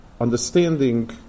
understanding